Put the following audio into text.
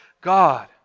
God